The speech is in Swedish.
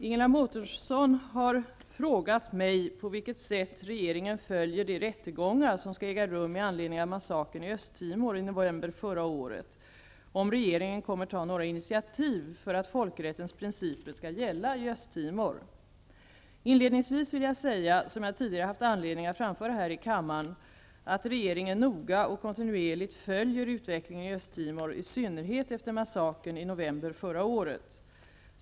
Fru talman! Ingela Mårtensson har frågat mig på vilket sätt regeringen följer de rättegångar som skall äga rum med anledning av massakern i Östtimor i november förra året och om regeringen kommer att ta några initiativ för att folkrättens principer skall gälla i Östtimor. Inledningsvis vill jag säga, som jag tidigare haft anledning att framföra här i kammaren, att regeringen noga och kontinuerligt följer utvecklingen i Östtimor, i synnerhet efter massakern i november förra året.